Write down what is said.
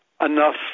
enough